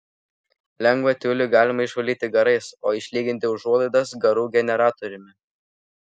lengvą tiulį galima išvalyti garais o išlyginti užuolaidas garų generatoriumi